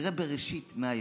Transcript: סדרי בראשית מהיסוד,